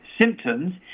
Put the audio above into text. symptoms